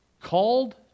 called